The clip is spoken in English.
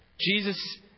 Jesus